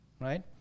right